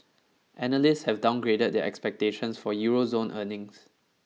analysts have downgraded their expectations for Euro zone earnings